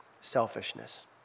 selfishness